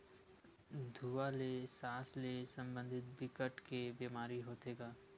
धुवा ले सास ले संबंधित बिकट के बेमारी होथे गा